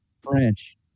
French